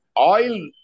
Oil